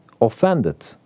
offended